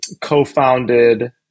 co-founded